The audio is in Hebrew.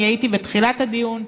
אני הייתי בתחילת הדיון,